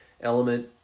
element